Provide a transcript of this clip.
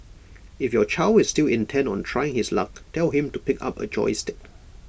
if your child is still intent on trying his luck tell him to pick up A joystick